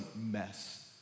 mess